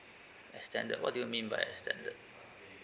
extended what do you mean by extended